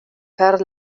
per